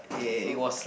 so